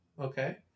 okay